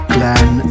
Glenn